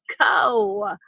go